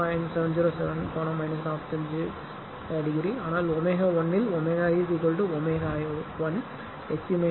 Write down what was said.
707 கோணம் 45 டிகிரி ஆனால் ω 1 இல் ω ω 1 XC XL R